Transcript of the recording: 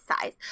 size